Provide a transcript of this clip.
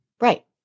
Right